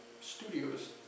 Studios